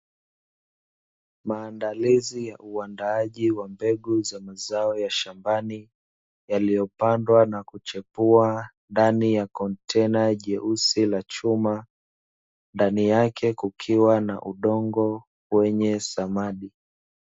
Maandalizi ya uandaaji wa mbegu za mazao ya shambani, yaliyopandwa na kuchepua ndani ya kontena jeusi la chuma, ndani yake kukiwa na udongo wenye samadi.